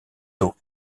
taux